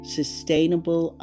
sustainable